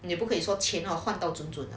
你不可以说钱换到准准